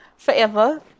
forever